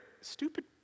Stupid